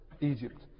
Egypt